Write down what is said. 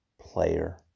player